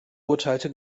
urteilte